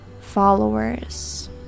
followers